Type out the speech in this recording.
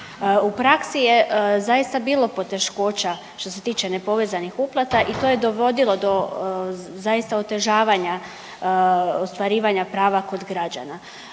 U praksi je zaista bilo poteškoća što se tiče nepovezanih uplata i to je dovodilo do zaista otežavanja ostvarivanja prava kod građana.